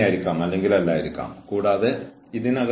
ഇത് വളരെ ഗുരുതരമായ എന്തെങ്കിലും നൽകണമെന്നില്ല